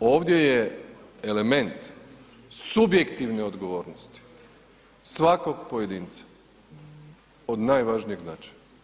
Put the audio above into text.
ovdje je element subjektivne odgovornost svakog pojedinca od najvažnijeg značaja.